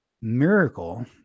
miracle